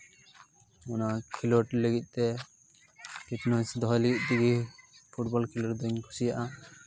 ᱚᱱᱟ ᱠᱷᱮᱞᱳᱰ ᱞᱟᱹᱜᱤᱫ ᱛᱮ ᱯᱷᱤᱴᱱᱮᱥ ᱫᱚᱦᱚᱭ ᱞᱟᱹᱜᱤᱫ ᱛᱮᱜᱮ ᱯᱷᱩᱴᱵᱚᱞ ᱠᱷᱮᱞᱳᱰ ᱫᱚᱧ ᱠᱩᱥᱤᱭᱟᱜᱼᱟ